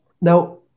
Now